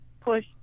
push